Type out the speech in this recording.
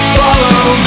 follow